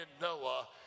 Noah